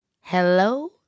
Hello